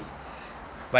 but